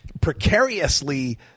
precariously